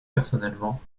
personnellement